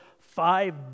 five